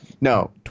No